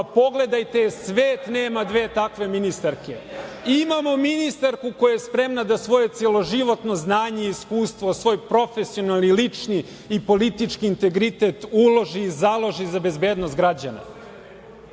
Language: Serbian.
pogledajte je, svet nema dve takve ministarke. Imamo ministarku koja je spremna da svoje celoživotno znanje i iskustvo, svoj profesionalni, lični i politički integritet uloži založi za bezbednost građana.